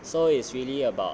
so it's really about